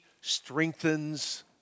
strengthens